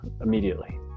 immediately